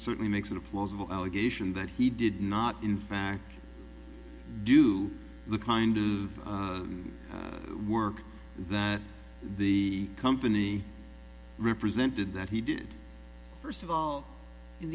certainly makes it a plausible allegation that he did not in fact do the kind of move work that the company represented that he did first of all in